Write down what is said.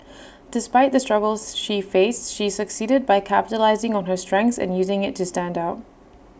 despite the struggles she faced she succeeded by capitalising on her strengths and using IT to stand out